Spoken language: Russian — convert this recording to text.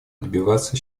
добиваться